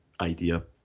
idea